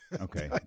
Okay